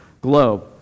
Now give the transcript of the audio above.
globe